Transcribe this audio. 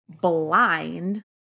blind